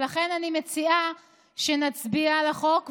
ולכן אני מציעה שנצביע על החוק,